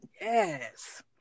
Yes